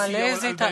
המלזית,